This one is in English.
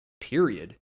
Period